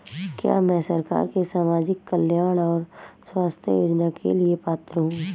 क्या मैं सरकार के सामाजिक कल्याण और स्वास्थ्य योजना के लिए पात्र हूं?